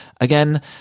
Again